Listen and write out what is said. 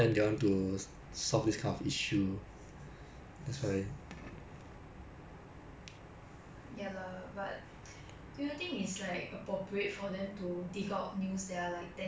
ya lah but do you think it's like appropriate for them to dig out news that are like ten years ago like if you think about it 你自己 ten years ago versus you now